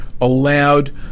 allowed